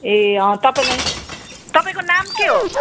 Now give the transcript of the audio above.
ए अँ तपाईँलाई तपाईँको नाम के हो